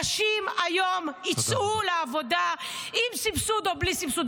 נשים היום יצאו לעבודה עם סבסוד או בלי סבסוד.